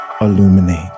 illuminate